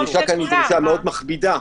הדרישה פה מאוד מכבידה.